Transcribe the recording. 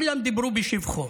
וכולם דיברו בשבחו.